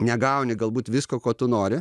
negauni galbūt visko ko tu nori